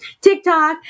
TikTok